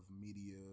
media